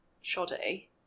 shoddy